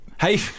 Hey